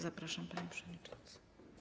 Zapraszam, panie przewodniczący.